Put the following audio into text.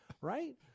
Right